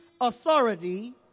authority